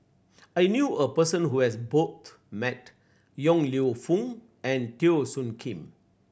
I knew a person who has met Yong Lew Foong and Teo Soon Kim